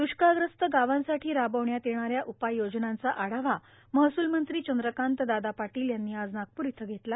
द्रष्काळग्रस्त गावांसाठी रार्बावण्यात येणाऱ्या उपाययोजनांचा आढावा महसुलमंत्री चंद्रकांत दादा पार्टाल यांनी आज नागपूर इथं घेतला